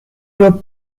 your